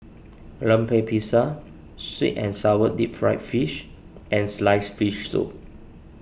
Lemper Pisang Sweet and Sour Deep Fried Fish and Sliced Fish Soup